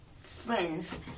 friends